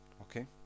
Okay